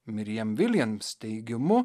myriam wijlens teigimu